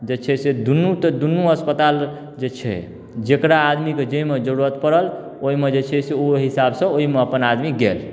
जे छै से दुनू तऽ दुनू अस्पताल जे छै जेकरा आदमीके जाहिमे जरूरत परल ओहिमे जे छै से ओ ओहि हिसाब सँ ओहि मऽ अपन आदमी गेल